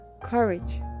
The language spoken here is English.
courage